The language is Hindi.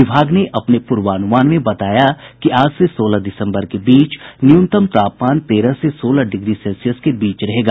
विभाग ने अपने पूर्वानुमान में बताया कि आज से सोलह दिसम्बर के बीच न्यूनतम तापमान तेरह से सोलह डिग्री सेल्सियस के बीच रहेगा